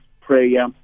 Prayer